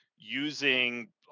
using